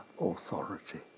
authority